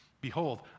behold